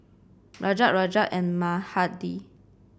Rajat Rajat and Mahade